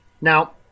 Now